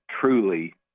truly